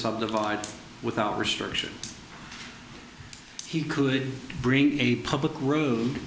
subdivide without restriction he could bring a public road